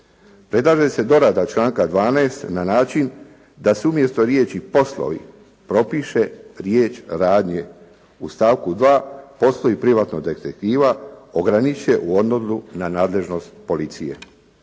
Predlaže se dorada članka 12. na način da se umjesto riječi „poslovi“ propiše riječ „radnje“. U stavku 2. poslovi privatnog detektiva ograniče u odnosu na nadležnost policije.